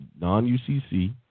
non-UCC